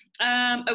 Okay